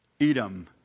Edom